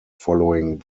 following